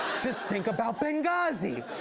just think about benghazi.